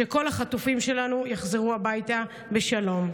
שכל החטופים שלנו יחזרו הביתה בשלום.